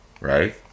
Right